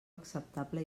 acceptable